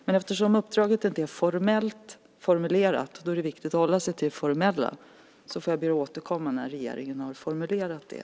Men eftersom uppdraget inte är formellt formulerat är det viktigt att hålla sig till det formella. Jag får återkomma när regeringen har formulerat det.